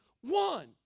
one